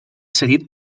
cedit